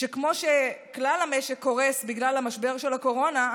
שכמו שכלל המשק קורס בגלל המשבר של הקורונה,